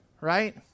Right